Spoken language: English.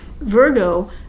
Virgo